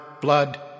blood